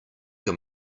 your